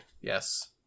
yes